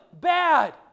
bad